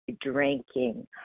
drinking